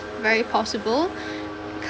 very possible